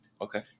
Okay